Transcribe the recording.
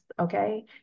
okay